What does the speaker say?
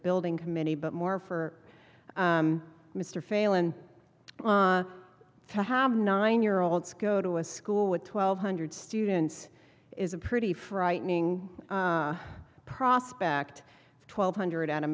building committee but more for mr failand on the have nine year olds go to a school with twelve hundred students is a pretty frightening prospect of twelve hundred at a